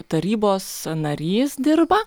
tarybos narys dirba